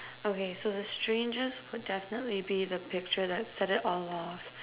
okay so the strangest would definitely that would set it all off